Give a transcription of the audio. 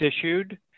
issued